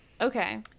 Okay